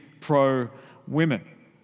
pro-women